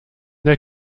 der